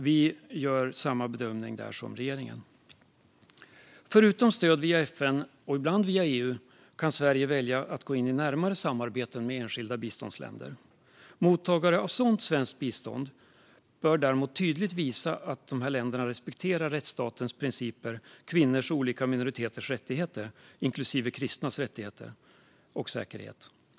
Vi gör där samma bedömning som regeringen. Förutom stöd via FN, och ibland via EU, kan Sverige välja att gå in i närmare samarbeten med enskilda biståndsländer. Mottagare av sådant svenskt bistånd bör tydligt visa att de respekterar rättsstatens principer och kvinnors och olika minoriteters rättigheter, inklusive kristnas rättigheter och säkerhet.